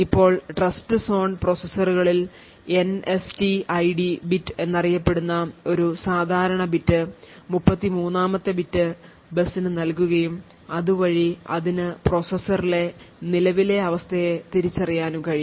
ഇപ്പോൾ ട്രസ്റ്റ്സോൺ പ്രോസസ്സറുകളിൽ NSTID bit എന്നറിയപ്പെടുന്ന ഒരു അധിക ബിറ്റ് 33 ാമത്തെ ബിറ്റ് ബസ്സിന് നൽകുകയും അതുവഴി അതിനു പ്രൊസസ്സറിന്റെ നിലവിലെ അവസ്ഥയെ തിരിച്ചറിയാനും കഴിയും